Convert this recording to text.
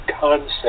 concept